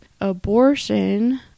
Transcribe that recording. abortion